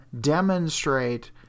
demonstrate